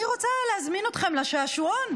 אני רוצה להזמין אתכם לשעשועון: